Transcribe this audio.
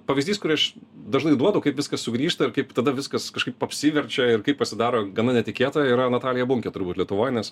pavyzdys kurį aš dažnai duodu kaip viskas sugrįžta ir kaip tada viskas kažkaip apsiverčia ir kaip pasidaro gana netikėta yra natalija bunkė turbūt lietuvoj nes